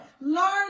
learn